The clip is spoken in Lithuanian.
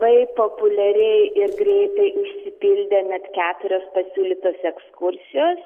taip populiariai ir greitai užsipildė net keturios pasiūlytos ekskursijos